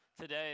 today